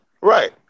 Right